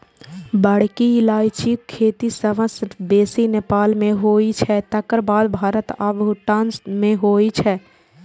बड़की इलायचीक खेती सबसं बेसी नेपाल मे होइ छै, तकर बाद भारत आ भूटान मे होइ छै